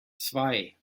zwei